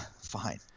Fine